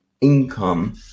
Income